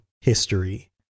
history